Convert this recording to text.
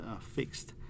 fixed